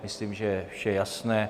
Myslím, že je vše jasné.